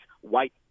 white